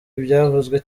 ibyavuzwe